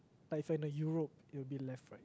but if I'm in the Europe it will be left right